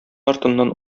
артыннан